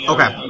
Okay